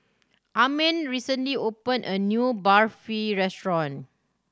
Amin recently opened a new Barfi restaurant